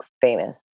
famous